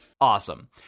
Awesome